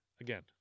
Again